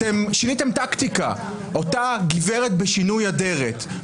שיניתם טקטיקה אבל אותה הגברת בשינוי אדרת.